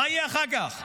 מה יהיה אחר כך?